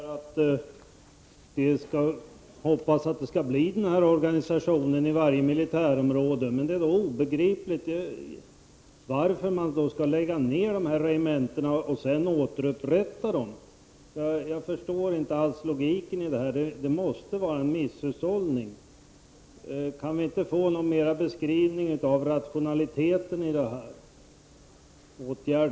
Herr talman! Roland Brännström säger att han hoppas att denna organisation skall skapas i varje militärområde. Men det är obegripligt varför dessa regementen först skall läggas ned och sedan återupprättas. Jag förstår inte alls logiken i detta. Det måste innebära en misshushållning. Kan vi inte få en ytterligare beskrivning av rationaliteten i denna åtgärd?